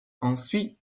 ensuite